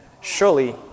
Surely